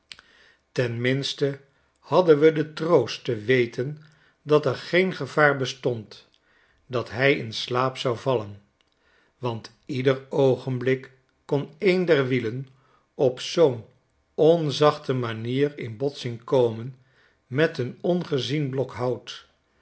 minste hadden we den troost te weten dat er geen gevaar bestond dat hi in slaap zou vallen want ieder oogenblik kon een der wielen op zoo'n onzachte manier in botsing komen met een ongezien blok hout